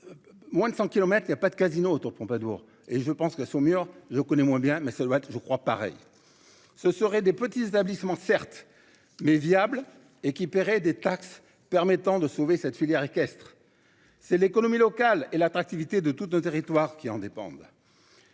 Moins de 100 kilomètres il y a pas de casinos Pompadour et je pense que son mur je connais moins bien mais ça doit être je crois pareil. Ce serait des petits établissements certes mais viable et qui paierait des taxes permettant de sauver cette filière équestre. C'est l'économie locale et l'attractivité de tout un territoire qui en dépendent.